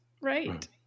Right